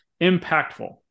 impactful